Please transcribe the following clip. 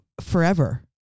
forever